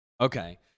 Okay